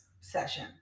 session